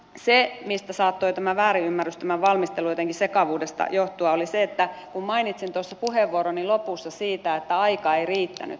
se mistä saattoi tämä väärinymmärrys tämän valmistelun jotenkin sekavuudesta johtua oli se kun mainitsin puheenvuoroni lopussa siitä että aika ei riittänyt